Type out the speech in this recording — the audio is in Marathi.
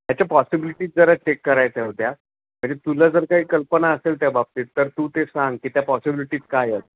त्याच्या पॉसिबिलिटीज जरा चेक करायच्या होत्या म्हणजे तुला जर काही कल्पना असेल त्या बाबतीत तर तू ते सांग की त्या पॉसिबिलिटीज काय